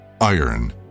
iron